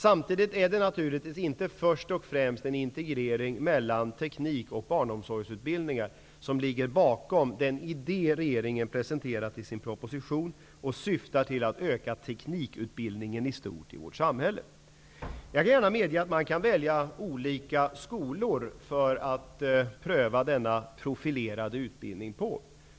Samtidigt är det naturligtvis inte först och främst en integrering mellan teknik och barnomsorgsutbildning som ligger bakom den idé som regeringen har presenterat i sin proposition och som syftar till att öka teknikutbildningen i stort i vårt samhälle. Jag vill gärna medge att man kan välja olika skolor för att pröva denna profilerade utbildning på.